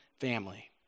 family